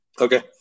okay